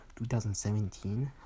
2017